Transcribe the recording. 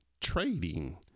trading